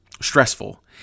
Stressful